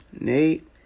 nate